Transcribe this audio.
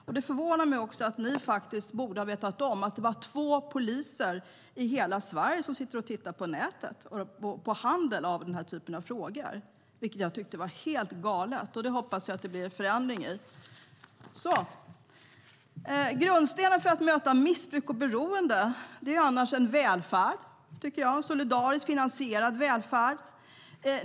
Ni borde också ha vetat om att det är två poliser i hela Sverige som sitter och tittar på nätet när det gäller handel av den här typen. Det är helt galet, och jag hoppas att det blir en förändring. Grundstenen för att möta missbruk och beroende är en välfärd, en solidariskt finansierad välfärd.